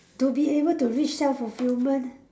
to be able to reach self fulfilment